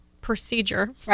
procedure